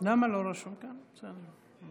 אל תקבל את זה.